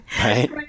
right